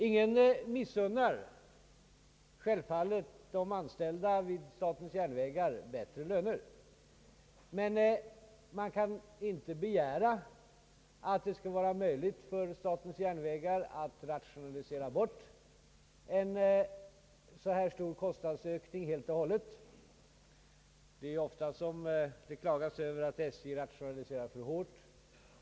Ingen missunnar självfallet de anställda vid statens järnvägar bättre löner, men man kan inte begära att det skall vara möjligt för företaget att helt bortrationalisera en så stor kostnadsökning. Det klagas ju ofta över att SJ rationaliserar för hårt.